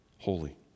holy